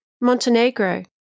Montenegro